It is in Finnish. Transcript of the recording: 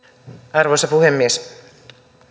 arvoisa puhemies